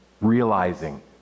realizing